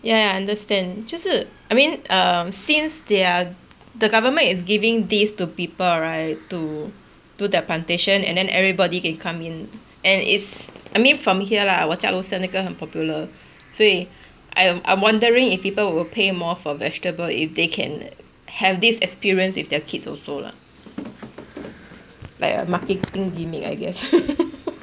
ya ya I understand 就是 I mean err since they are the government is giving these to people right to do their plantation and then everybody can come in and it's I mean from here 我家楼下那个很 popular 所以 I'm I'm wondering if people will pay more for vegetable if they can have this experience with their kids also lah like a marketing gimmick I guess